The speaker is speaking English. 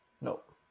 Nope